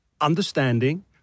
understanding